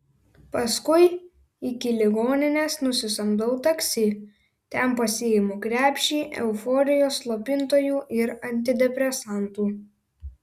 paskui iki ligoninės nusisamdau taksi ten pasiimu krepšį euforijos slopintojų ir antidepresantų